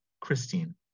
Christine